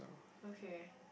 okay